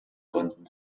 gründen